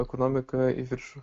ekonomiką į viršų